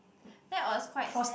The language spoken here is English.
that was quite sad